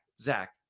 Zach